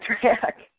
track